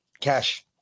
Cash